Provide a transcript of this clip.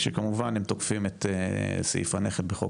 כשכמובן הם תוקפים את סעיף הנכד בחוק